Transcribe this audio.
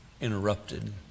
interrupted